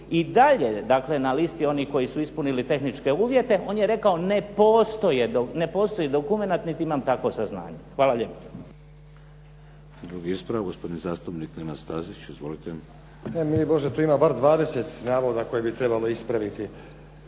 i dalje dakle, na listi onih koji su ispunili tehničke uvjete, on je rekao ne postoji dokumenat niti imam takvo saznanje. Hvala lijepa. **Šeks, Vladimir (HDZ)** Drugi ispravak, gospodin zastupnik Nenad Stazić. Izvolite. **Stazić, Nenad (SDP)** Mili Bože, tu ima barem 20 navoda koje bi trebalo ispraviti.